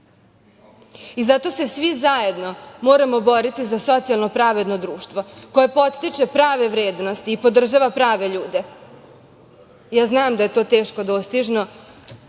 se svi zajedno moramo boriti za socijalno pravedno društvo, koje podstiče prave vrednosti i podržava prave ljude. Ja znam da je to teško dostižno,